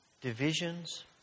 divisions